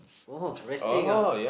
oh resting ah